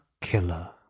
killer